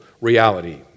reality